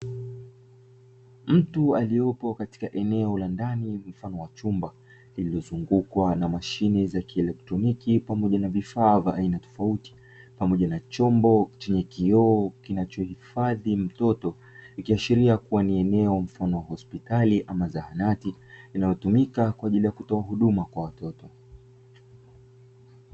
Mtu aliyepo katika eneo la ndani mfano wa chumba lililozungukwa na mashine za kielektroniki pamoja na vifaa vya aina tofauti pamoja na chombo chenye kioo kinachohifadhi mtoto, ikiashiria kuwa ni eneo mfano wa hospitali ama zahanati inayotumika kwa ajili ya kutoa huduma kwa watoto.